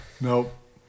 Nope